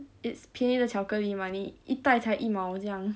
it's 便宜的巧克力 mah 你一袋才一毛这样